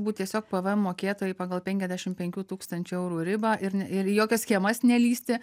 būt tiesiog pvm mokėtojai pagal penkiasdešim penkių tūkstančių eurų ribą ir ir į jokias schemas nelįsti